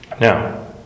Now